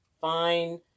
fine